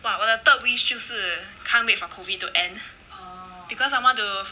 !wah! 我的 third wish 就是 can't wait for COVID to end because I want to